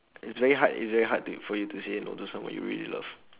it's very hard it's very hard to for you to say no to someone you really love